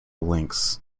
lynx